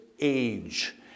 age